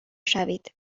شوید